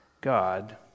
God